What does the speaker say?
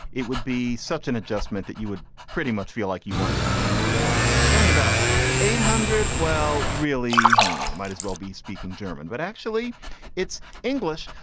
it would be such an adjustment that you would pretty much feel like you weren't speaking english at all. you're talking about eight hundred. well really you you might as well be speaking german but actually it's english.